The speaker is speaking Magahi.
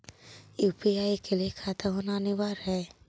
यु.पी.आई के लिए खाता होना अनिवार्य है?